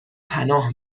پناه